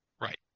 Right